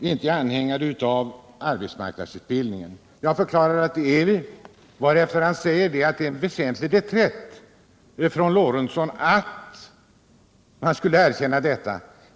inte är anhängare av arbetsmarknadsutbildning. Jag förklarar att det är vi, varefter han säger att det är en väsentlig reträtt att jag erkänner detta.